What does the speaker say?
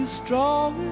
strong